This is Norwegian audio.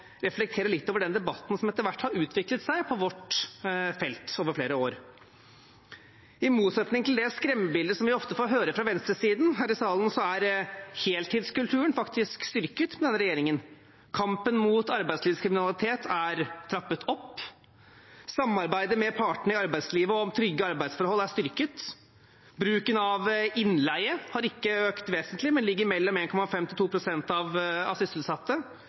reflektere litt over den debatten som etter hvert har utviklet seg på vårt felt over flere år. I motsetning til det skremmebildet som vi ofte får høre fra venstresiden her i salen, er heltidskulturen faktisk styrket med denne regjeringen. Kampen mot arbeidslivskriminalitet er trappet opp. Samarbeidet med partene i arbeidslivet om trygge arbeidsforhold er styrket. Bruken av innleie har ikke økt vesentlig, men ligger på mellom